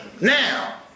Now